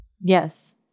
Yes